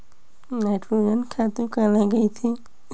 Nitrogen खातु काला कहिथे?